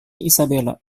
isabella